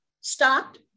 stopped